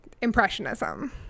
Impressionism